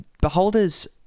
beholders